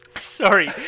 Sorry